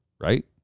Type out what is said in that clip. right